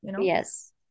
Yes